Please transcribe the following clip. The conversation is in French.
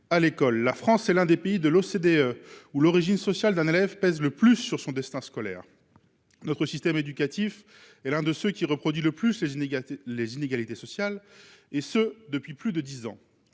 à l'école. La France est l'un des pays de l'OCDE où l'origine sociale d'un élève pèse le plus sur son destin scolaire. Notre système éducatif et l'un de ceux qui reproduit le plus les inégalités, les inégalités sociales et ce depuis plus de 10 ans